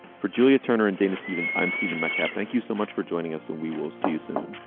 for julia turner and dana stephens i'm stephen metcalf. thank you so much for joining us and we will see you soon